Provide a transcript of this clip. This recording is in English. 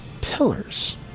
pillars